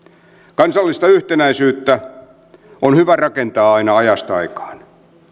kansallista yhtenäisyyttä on hyvä rakentaa aina ajasta aikaan